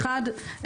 אחד,